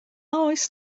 oes